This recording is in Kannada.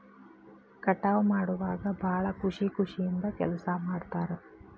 ಕಟಾವ ಮಾಡುವಾಗ ಭಾಳ ಖುಷಿ ಖುಷಿಯಿಂದ ಕೆಲಸಾ ಮಾಡ್ತಾರ